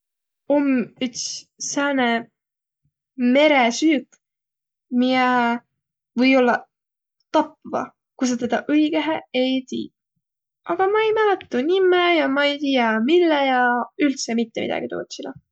Om üts sääne meresüük, miä või ollaq tapva, ku sa tedä õigõhe ei tiiq, aga ma ei mäletä tuu nimme ja ma ei tiiäq, mille ja üldse mitte midägi tuu kotsilõ.